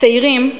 הצעירים,